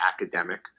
academic